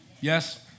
Yes